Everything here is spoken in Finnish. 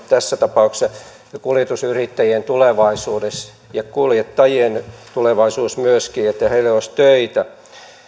tässä tapauksessa nimenomaan kuljetusyrittäjien tulevaisuus ja myöskin kuljettajien tulevaisuus se että heille olisi töitä